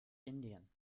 indien